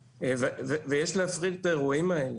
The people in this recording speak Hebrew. יש להפריד את האירועים האלה,